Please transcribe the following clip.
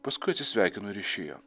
paskui atsisveikino ir išėjo